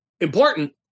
important